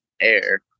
air